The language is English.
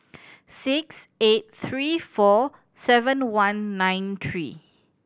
six eight three four seven one nine three